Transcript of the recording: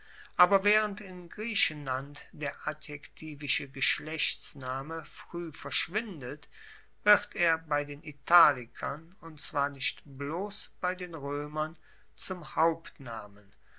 aber waehrend in griechenland der adjektivische geschlechtsname frueh verschwindet wird er bei den italikern und zwar nicht bloss bei den roemern zum